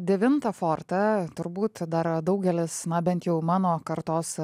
devintą fortą turbūt dar daugelis na bent jau mano kartos